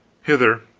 hither,